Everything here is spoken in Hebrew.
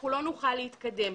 אחרת לא נוכל להתקדם.